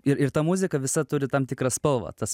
ir ir ta muzika visa turi tam tikrą spalvą tas